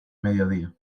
mediodía